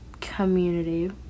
community